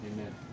Amen